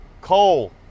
Cole